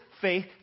faith